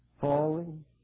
falling